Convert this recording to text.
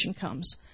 comes